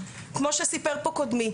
כמו שסיפר פה קודמי,